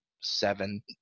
seven